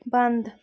بنٛد